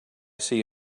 see